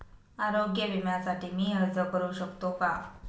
आरोग्य विम्यासाठी मी अर्ज करु शकतो का?